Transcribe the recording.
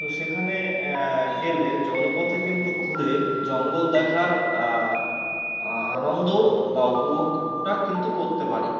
তো সেখানে গেলে জলপথে কিন্তু ঘুরে জঙ্গল দেখার আনন্দ বা উপভোগটা কিন্তু করতে পারি